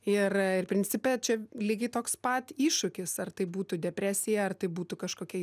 ir principe čia lygiai toks pat iššūkis ar tai būtų depresija ar tai būtų kažkokie